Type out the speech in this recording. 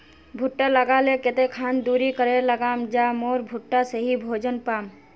भुट्टा लगा ले कते खान दूरी करे लगाम ज मोर भुट्टा सही भोजन पाम?